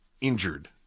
injured